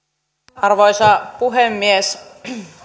arvoisa puhemies